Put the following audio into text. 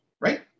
right